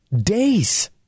days